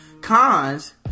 Cons